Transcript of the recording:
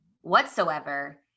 whatsoever